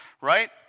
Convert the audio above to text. right